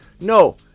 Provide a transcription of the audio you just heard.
No